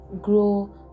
grow